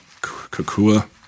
Kakua